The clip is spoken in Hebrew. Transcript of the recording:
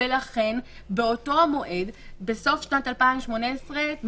ולכן באותו המועד בסוף שנת 2018,